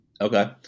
Okay